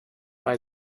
bei